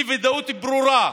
אי-ודאות ברורה.